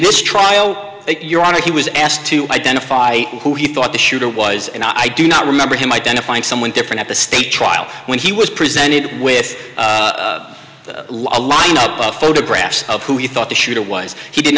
this trial your honor he was asked to identify who he thought the shooter was and i do not remember him identifying someone different at the state trial when he was presented with a lineup of photographs of who he thought the shooter was he did